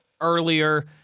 earlier